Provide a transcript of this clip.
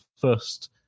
first